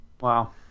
Wow